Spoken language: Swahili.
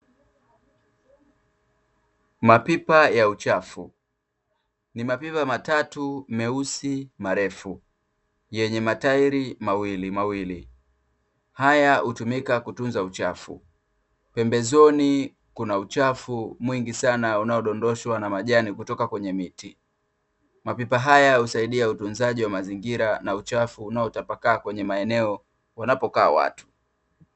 Mapipa ya uchafu. Ni mapipa matatu meusi marefu yenye matairi mawilimawili. Haya hutumika kutunza uchafu. Pembezoni kuna uchafu mwingi sana unaodondoshwa na majani kutoka kwenye miti. Mapipa haya husaidia utunzaji wa mazingira, na uchafu unaotapakaa kwenye maeneo wanapokaa watu.